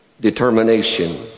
determination